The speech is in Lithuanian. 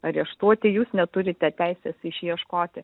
areštuoti jūs neturite teisės išieškoti